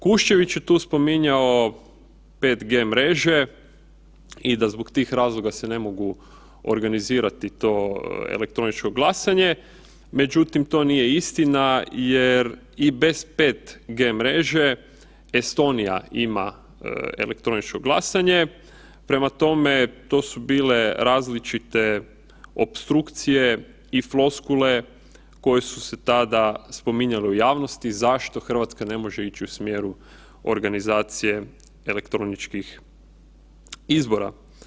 Kuščević je tu spominjao 5G mreže i da zbog tih razloga se ne može organizirati to elektroničko glasanje, međutim to nije istina jer i bez 5G mreže Estonija ima elektroničko glasanje, prema tome to su bile različite opstrukcije i floskule koje su se tada spominjale u javnosti zašto Hrvatska ne može ići u smjeru organizacije elektroničkih izbora.